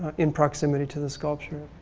in proximity to the sculpture.